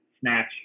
snatch